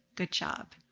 good job.